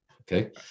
okay